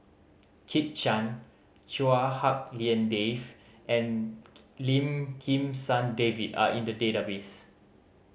Kit Chan Chua Hak Lien Dave and Lim Kim San David are in the database